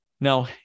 Now